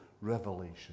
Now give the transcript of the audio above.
revelation